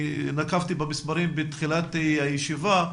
אני נקבתי במספרים בתחילת הישיבה.